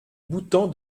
bhoutan